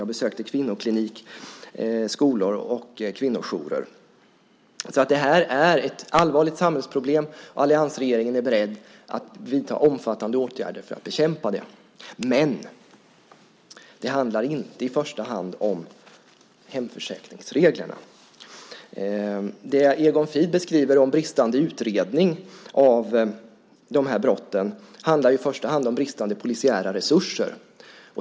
Jag besökte en kvinnoklinik, skolor och kvinnojourer. Det här är ett allvarligt samhällsproblem, och alliansregeringen är beredd att vidta omfattande åtgärder för att bekämpa det. Men det handlar inte i första hand om hemförsäkringsreglerna. Det Egon Frid beskriver om bristande utredning av de här brotten handlar i första hand om bristande polisiära resurser.